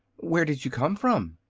where did you come from?